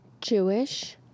Jewish